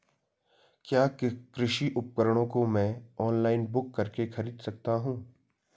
क्या कृषि उपकरणों को मैं ऑनलाइन बुक करके खरीद सकता हूँ?